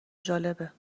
جالبه